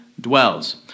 dwells